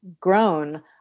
grown